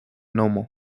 nomo